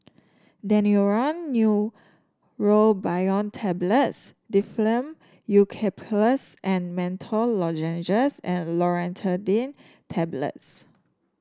Daneuron Neurobion Tablets Difflam Eucalyptus and Menthol Lozenges and Loratadine Tablets